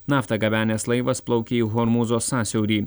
naftą gabenęs laivas plaukė į hormūzo sąsiaurį